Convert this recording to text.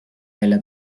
välja